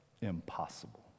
impossible